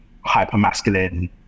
hyper-masculine